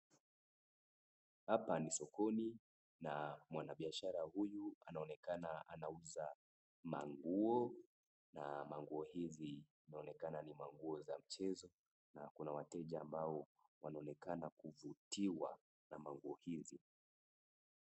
Hapa ni sokoni na mwanabiashara huyu anaonekana anauza manguo na manguo hizi inaonekana ni manguo za mchezo na kuna wateja ambao wanaonekana kuvutiwa na manguo hizi.